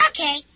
Okay